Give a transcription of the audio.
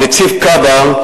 נציב כב"א,